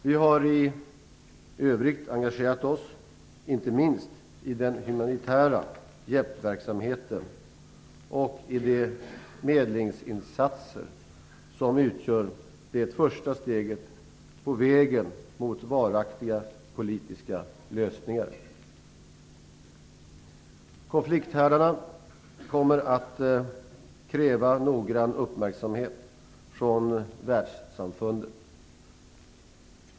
Vi har i övrigt engagerat oss, inte minst i den humanitära hjälpverksamheten och i de medlingsinsatser som utgör det första steget på vägen mot varaktiga politiska lösningar. Konflikthärdarna kommer att kräva noggrann uppmärksamhet från världssamfundet.